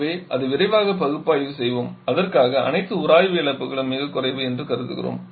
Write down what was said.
எனவே அதை விரைவாக பகுப்பாய்வு செய்வோம் அதற்காக அனைத்து உராய்வு இழப்புகளும் மிகக் குறைவு என்று கருதுகிறோம்